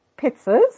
pizzas